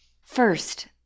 First